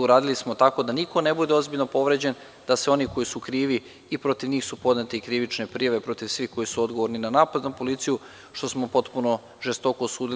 Uradili smo tako da niko ne bude ozbiljno povređen, da svi oni koji su krivi i podnete su krivične prijave protiv svih koji su odgovorni na napad na policiju, što smo potpuno žestoko osudili.